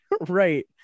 right